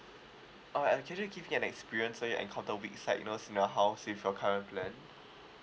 oh actually give me an experience so you encounter weak signal in your house with your current plan